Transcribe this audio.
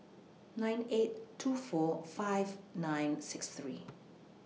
nine eight two four five nine six three